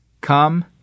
Come